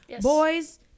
boys